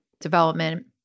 development